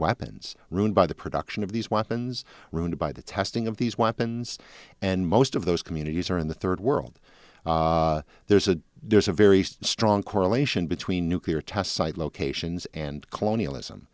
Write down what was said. weapons ruined by the production of these weapons ruined by the testing of these weapons and most of those communities are in the third world there's a there's a very strong correlation between nuclear test site locations and colonialism